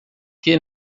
que